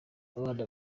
abana